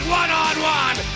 one-on-one